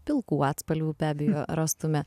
pilkų atspalvių be abejo rastume